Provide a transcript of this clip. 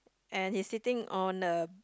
and he's sitting on the